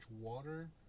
water